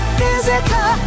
physical